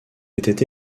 était